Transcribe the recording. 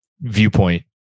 viewpoint